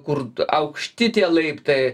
kur aukšti tie laiptai